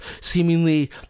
seemingly